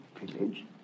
village